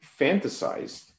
fantasized